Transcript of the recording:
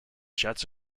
jets